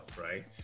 right